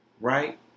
Right